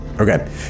Okay